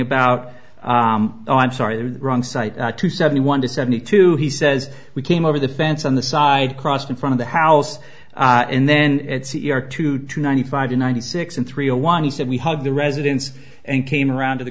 about oh i'm sorry wrong side two seventy one to seventy two he says we came over the fence on the side crossed in front of the house and then it's easier to to ninety five ninety six and three zero one he said we have the residence and came around to the